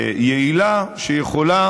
יעילה, שיכולה